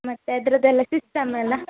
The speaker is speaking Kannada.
ಮತ್ತು ಅದ್ರದ್ದು ಎಲ್ಲ ಸಿಸ್ಟಮ್ ಎಲ್ಲ